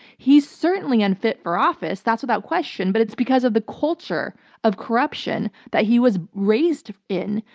he's certainly unfit for office. that's without question. but it's because of the culture of corruption that he was raised in.